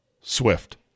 Swift